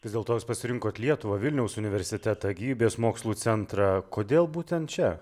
vis dėlto jūs pasirinkot lietuvą vilniaus universitetą gyvybės mokslų centrą kodėl būtent čia